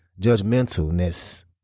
judgmentalness